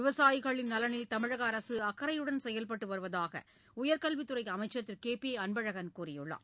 விவசாயிகளின் நலனில் தமிழக அரசு அக்கறையுடன் செயல்பட்டு வருவதாக உயர்கல்வித் துறை அமைச்சர் திரு கே பி அன்பழகன் கூறியுள்ளார்